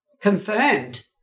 confirmed